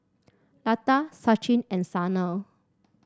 Lata Sachin and Sanal